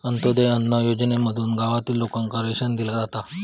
अंत्योदय अन्न योजनेमधसून गावातील लोकांना रेशन दिला जाता